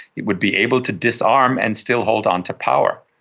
it would be able to disarm and still hold onto power.